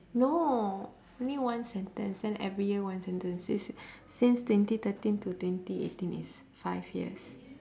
no only one sentence then every year one sentence it's since twenty thirteen to twenty eighteen is five years